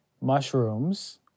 Mushrooms